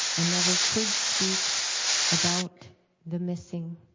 i never could speak about the missing,